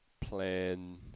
Plan